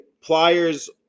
pliers